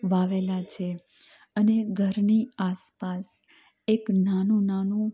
વાવેલા છે અને ઘરની આસપાસ એક નાનું નાનું